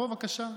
בוא, בבקשה.